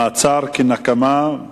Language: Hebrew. מעצר כנקמה.